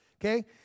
Okay